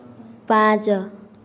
ପାଞ୍ଚ